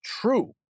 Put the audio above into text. true